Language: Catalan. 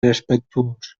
respectuós